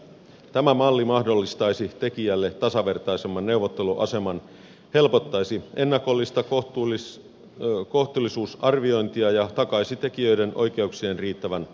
tämä malli mahdollistaisi tekijälle tasavertaisemman neuvotteluaseman helpottaisi ennakollista kohtuullisuusarviointia ja takaisi tekijöiden oikeuksien riittävän turvan